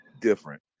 different